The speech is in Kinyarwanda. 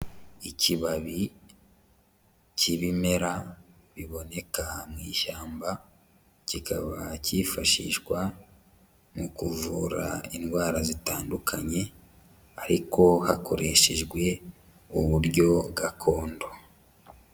Ikibabi cy'ibimera biboneka mu ishyamba, kikaba kifashishwa mu kuvura indwara zitandukanye ariko hakoreshejwe uburyo gakondo.